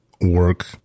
work